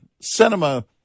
Cinema